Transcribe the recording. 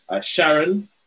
Sharon